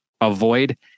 avoid